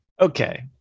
Okay